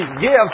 gifts